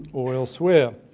or elsewhere.